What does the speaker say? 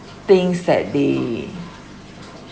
things that they